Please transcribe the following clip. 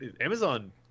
amazon